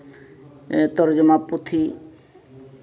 ᱛᱚᱨᱡᱚᱢᱟ ᱯᱩᱛᱷᱤ